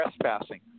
trespassing